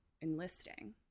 enlisting